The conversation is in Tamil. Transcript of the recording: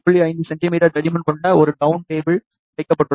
5 சென்டிமீட்டர் தடிமன் கொண்ட ஒரு வுடன் டேபிள் வைக்கப்பட்டுள்ளது